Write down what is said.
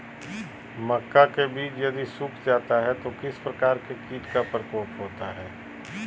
मक्का के बिज यदि सुख जाता है तो किस प्रकार के कीट का प्रकोप होता है?